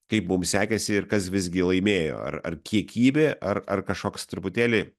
kaip mums sekėsi ir kas visgi laimėjo ar ar kiekybė ar ar kažkoks truputėlį